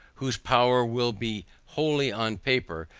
whose power will be wholly on paper,